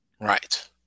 Right